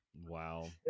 Wow